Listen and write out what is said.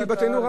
דיבתנו רעה.